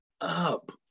up